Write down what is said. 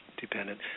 dependent